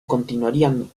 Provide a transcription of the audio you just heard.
continuarían